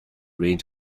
range